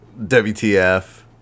WTF